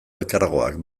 elkargoak